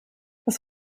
was